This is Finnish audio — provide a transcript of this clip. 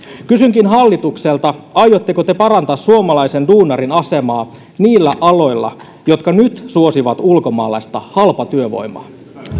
kysynkin hallitukselta aiotteko te parantaa suomalaisen duunarin asemaa niillä aloilla jotka nyt suosivat ulkomaalaista halpatyövoimaa